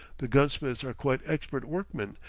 the gunsmiths are quite expert workmen,